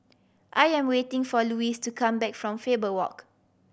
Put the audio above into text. I am waiting for Louis to come back from Faber Walk